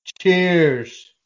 Cheers